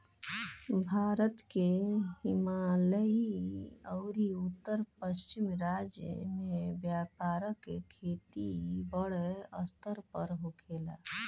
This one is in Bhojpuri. भारत के हिमालयी अउरी उत्तर पश्चिम राज्य में व्यापक खेती बड़ स्तर पर होखेला